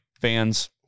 fans